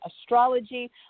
Astrology